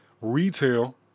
retail